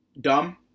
dumb